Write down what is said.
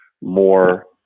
more